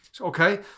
okay